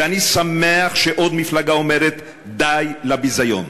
ואני שמח שעוד מפלגה אומרת: די לביזיון.